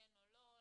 כן או לא.